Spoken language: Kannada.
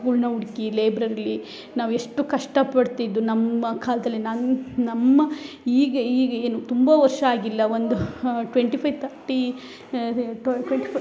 ಬುಕ್ಗಳ್ನ ಹುಡ್ಕಿ ಲೈಬ್ರರಿಲ್ಲಿ ನಾವು ಎಷ್ಟು ಕಷ್ಟಪಡ್ತಿದ್ದು ನಮ್ಮ ಕಾಲದಲ್ಲಿ ನನ್ನ ನಮ್ಮ ಈಗ ಈಗ ಏನು ತುಂಬ ವರ್ಷ ಆಗಿಲ್ಲ ಒಂದು ಟ್ವೆಂಟಿ ಫೈ ತರ್ಟಿ ಟ್ವೆಂಟಿ ಫ